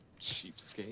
Cheapskate